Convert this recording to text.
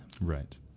Right